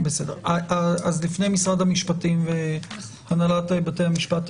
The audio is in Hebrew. לפני משרד המשפטים והנהלת בתי המשפט,